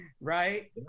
Right